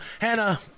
hannah